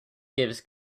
gives